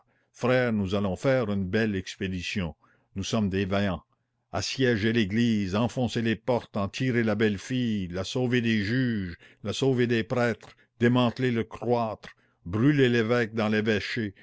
frères nous allons faire une belle expédition nous sommes des vaillants assiéger l'église enfoncer les portes en tirer la belle fille la sauver des juges la sauver des prêtres démanteler le cloître brûler l'évêque dans